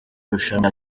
rushanwa